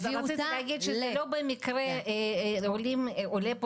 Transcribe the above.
אז רציתי להגיד שזה לא במקרה עולה פה